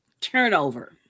turnover